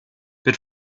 wird